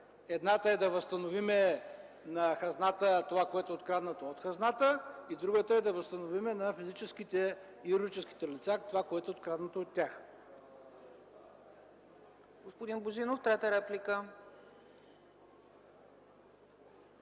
едната е да възстановим на хазната това, което е откраднато от хазната, а другата е да възстановим на физическите и юридическите лица това, което е откраднато от тях.